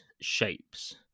shapes